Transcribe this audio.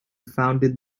founded